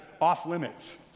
off-limits